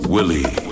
Willie